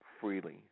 freely